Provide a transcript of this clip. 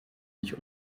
nicht